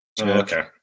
Okay